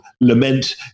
lament